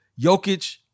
Jokic